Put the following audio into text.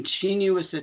continuous